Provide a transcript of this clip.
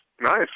Nice